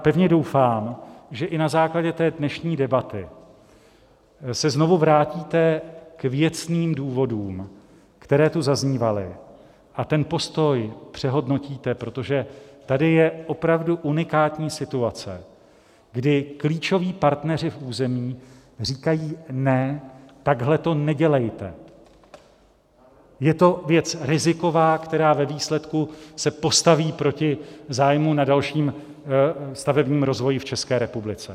Pevně doufám, že i na základě dnešní debaty se znovu vrátíte k věcným důvodům, které tu zaznívaly, a ten postoj přehodnotíte, protože tady je opravdu unikátní situace, kdy klíčoví partneři v územích říkají: Ne, takhle to nedělejte, je to věc riziková, která se ve výsledku postaví proti zájmu na dalším stavebním rozvoji v České republice.